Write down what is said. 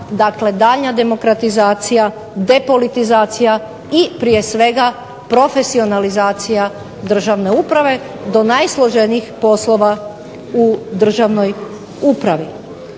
dakle daljnja demokratizacija, depolitizacija i prije svega profesionalizacija državne uprave do najsloženijih poslova u državnoj upravi.